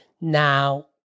Now